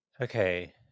Okay